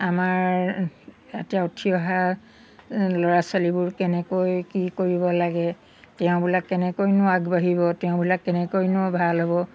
আমাৰ এতিয়া উঠি অহা ল'ৰা ছোৱালীবোৰ কেনেকৈ কি কৰিব লাগে তেওঁবিলাক কেনেকৈনো আগবাঢ়িব তেওঁবিলাক কেনেকৈনো ভাল হ'ব